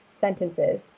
sentences